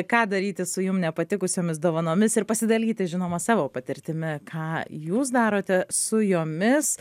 ką daryti su jum ne patikusiomis dovanomis ir pasidalyti žinoma savo patirtimi ką jūs darote su jomis